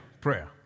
prayer